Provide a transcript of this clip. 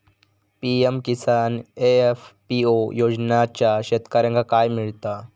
PM Kisan FPO योजनाच्यात शेतकऱ्यांका काय मिळता?